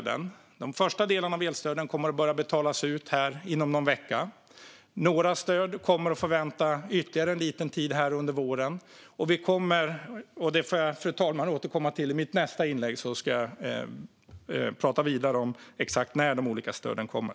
Den första delen av elstöden kommer att börja betalas ut inom någon vecka. Några stöd kommer man att få vänta på ytterligare en liten tid under våren. I mitt nästa inlägg, fru talman, ska jag prata vidare om exakt när de olika stöden kommer.